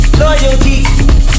loyalty